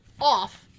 off